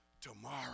tomorrow